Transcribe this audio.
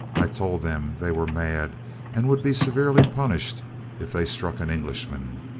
i told them they were mad and would be severely punished if they struck an englishman.